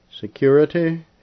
security